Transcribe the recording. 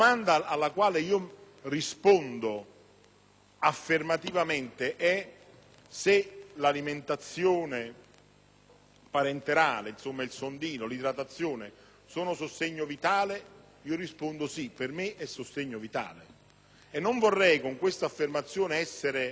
affermativamente è se l'alimentazione parentelare (il sondino, l'idratazione) sia un sostegno vitale. Io rispondo sì, per me è un sostegno vitale. Non vorrei, con questa affermazione, essere in qualche modo